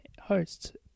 hosts